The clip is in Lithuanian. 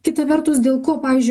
kita vertus dėl ko pavyzdžiui